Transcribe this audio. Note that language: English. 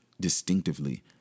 distinctively